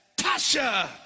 Tasha